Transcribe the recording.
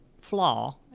flaw